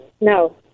No